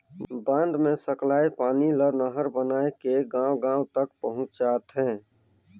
बांध मे सकलाए पानी ल नहर बनाए के गांव गांव तक पहुंचाथें